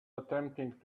attempting